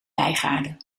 bijgaarden